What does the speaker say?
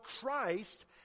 Christ